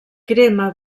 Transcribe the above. crema